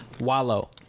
Wallow